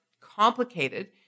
complicated